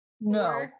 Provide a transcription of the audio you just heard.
No